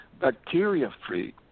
bacteria-free